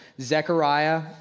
Zechariah